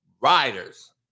riders